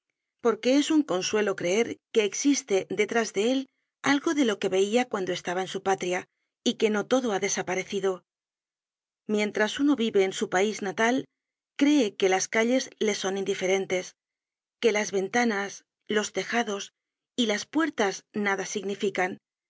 porque es un consuelo creer que existe detrás de él algo de lo que veia cuando estaba en su patria y que no todo ha desaparecido mientras uno vive en su pais natal cree que las calles le sori indiferentes que las ventanas los tejados y las puertas nada significan